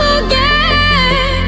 again